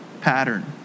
pattern